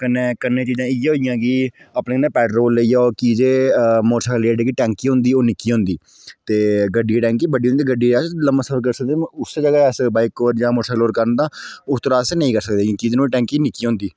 कन्नै चीजां इ'यै होई गेइयां कि अपने कन्नै पैट्रोल लेई जाओ कि जे मोटरसाइकल दी जेह्ड़ी टैंकी होंदी ओह् निक्की होंदी ते गड्डी दी टैंकी बड्डी होंदी गड्डी उप्पर अस लम्मा सफर करी सकदे बाइक उपर जां मोटरसाइकल उप्पर करना तां उस पर अस नेईं करी सकदे जकीन नुआढ़ी टैंकी निक्की होंदी